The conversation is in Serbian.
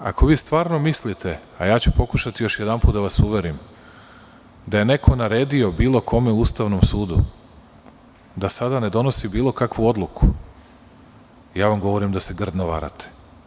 Ako vi stvarno mislite, a ja ću pokušati još jednom da vas uverim da je neko naredio bilo kome u Ustavnom sudu da sada ne donosi bilo kakvu odluku, ja vam govorim da se grdno varate.